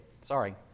Sorry